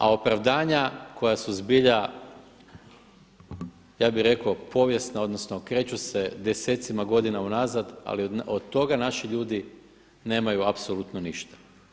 A opravdanja koja su zbilja, ja bih rekao povijesna, odnosno kreću se desecima godina unazad, ali od toga naši ljudi nemaju apsolutno ništa.